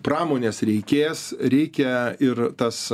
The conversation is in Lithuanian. pramonės reikės reikia ir tas